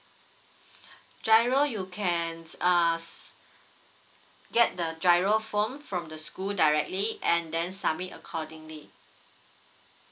G_I_R_O you can err get the G_I_R_O form from the school directly and then submit accordingly